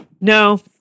No